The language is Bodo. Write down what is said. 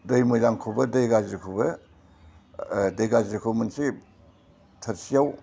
दै मोजांखौबो दै गाज्रिखौबो दै गाज्रिखौ मोनसे थोरसियाव